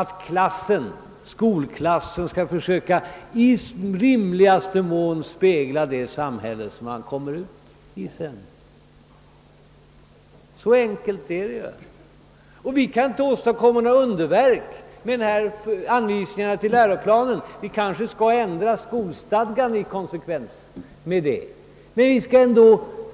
ordna så att skolklassen i möjligaste mån speglar det samhälle som barnen sedan kommer ut i. Så enkelt är det. Vi kan inte åstadkomma några underverk genom anvisningar till läroplanen. Vi kanske skall ändra skolstadgan i konsekvens med vad vi önskar uppnå.